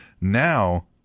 Now